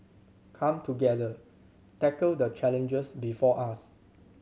come together tackle the challenges before us